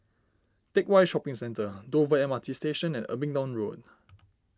Teck Whye Shopping Centre Dover M R T Station and Abingdon Road